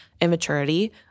immaturity